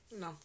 no